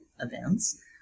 events